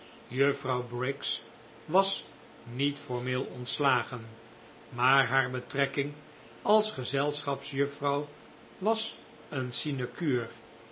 juffrouw briggs was niet formed ontslagen maar haar betrekking als gezelschapsjuffrouw was een